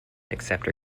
acceptor